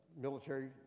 military